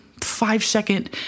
five-second